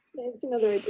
that's another